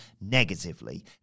negatively